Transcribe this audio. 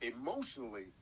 emotionally